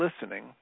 listening